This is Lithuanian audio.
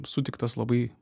sutiktas labai